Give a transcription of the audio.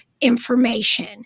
information